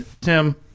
Tim